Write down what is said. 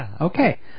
Okay